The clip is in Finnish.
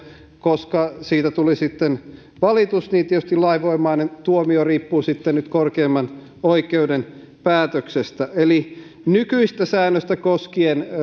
koska siitä tuli sitten valitus niin tietysti lainvoimainen tuomio riippuu sitten korkeimman oikeuden päätöksestä eli nykyistä säännöstä koskien